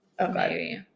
Okay